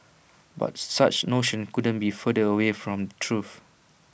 but such notions couldn't be further away from the truth